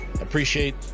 Appreciate